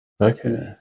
Okay